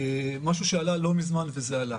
משהו שעלה לא מזמן וזה עלה